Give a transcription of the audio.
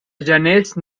geners